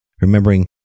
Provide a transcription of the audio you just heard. remembering